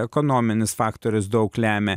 ekonominis faktorius daug lemia